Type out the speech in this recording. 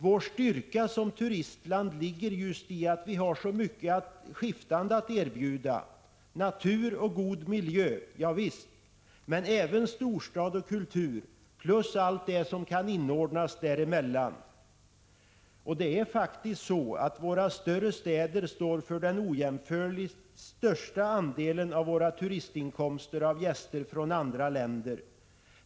Vår styrka som turistland ligger just i att vi har så mycket skiftande att erbjuda, natur och god miljö, ja visst, men även storstad och kultur, plus allt det som kan inordnas däremellan. Det är faktiskt så att våra större städer står för den ojämförligt största andelen av våra turistinkomster av gäster från andra länder.